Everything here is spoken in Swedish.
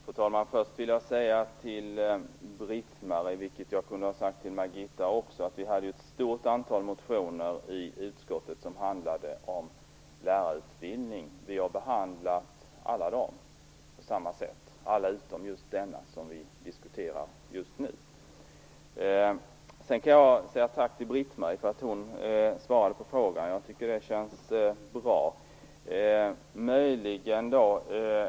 Fru talman! Först vill jag säga till Britt-Marie Danestig-Olofsson, vilket jag också kunde ha sagt till Margitta Edgren, att vi i utskottet har haft ett stort antal motioner som handlar om lärarutbildning. Vi har behandlat alla på samma sätt, utom just den som vi nu diskuterar. Sedan kan jag säga tack till Britt-Marie Danestig Olofsson för att hon svarade på frågan. Det känns bra.